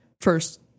first